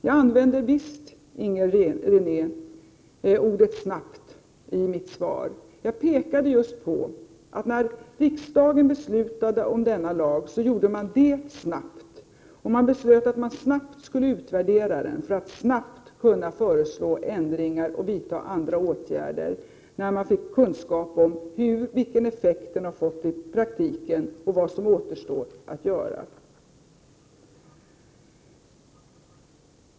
Jag använde visst ordet ”snabbt” i mitt svar, Inger René. Jag pekade just på att när riksdagen beslutade om denna lag så gjorde man det snabbt, och man beslöt att snabbt utvärdera den för att snabbt kunna föreslå ändringar och vidta andra åtgärder, när man fick kunskaper om vilken effekt den fått i praktiken och vad som återstår att göra.